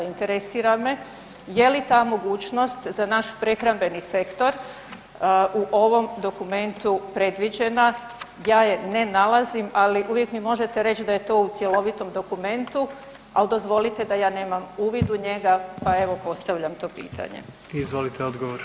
Interesira me je li ta mogućnost za naš prehrambeni sektor u ovom dokumentu predviđena, ja je ne nalazim, ali uvijek mi možete reći da je to u cjelovitom dokumentu, ali dozvolite da ja nemam uvid u njega pa evo postavljam to pitanje.